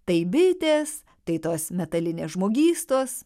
tai bitės tai tos metalinės žmogystos